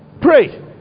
pray